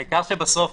העיקר שבסוף,